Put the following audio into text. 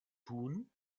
tun